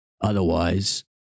Otherwise